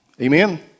Amen